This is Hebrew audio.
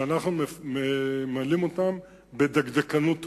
שאנחנו ממלאים אותן בדקדקנות רבה,